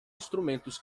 instrumentos